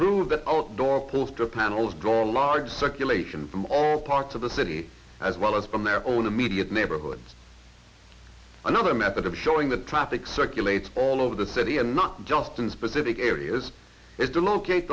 prove that outdoor poster panels draw a large circulation from all parts of the city as well as from their own immediate neighborhood another method of showing that traffic circulates all over the city and not just in specific areas it's to locate